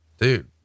Dude